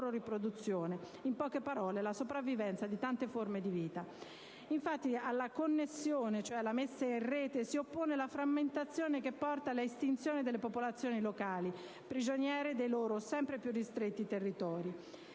in poche parole, la sopravvivenza di tante forme di vita. Infatti, alla connessione (cioè alla messa in rete) si oppone la frammentazione che porta all'estinzione delle popolazioni locali, prigioniere dei loro sempre più ristretti territori.